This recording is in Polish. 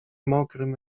mokrym